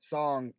song